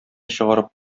чыгарып